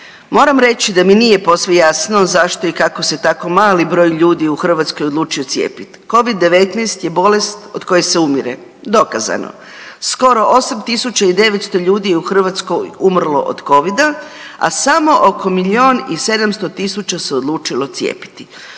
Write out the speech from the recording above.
Moram reći da mi nije posve jasno zašto i kako se tako mali broj ljudi u Hrvatskoj odlučio cijepit. Covid-19 je bolest od koje se umire, dokazano. Skoro 8900 ljudi je u Hrvatskoj umrlo od covida, a samo oko milijun i 700 tisuća se odlučilo cijepiti.